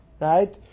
right